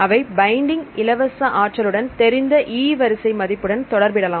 அவை பைண்டிங் இலவச ஆற்றலுடன் தெரிந்த E வரிசை மதிப்புடன் தொடர்பு இடலாம்